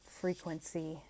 frequency